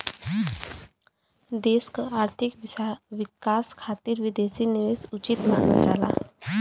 देश क आर्थिक विकास खातिर विदेशी निवेश उचित मानल जाला